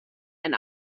and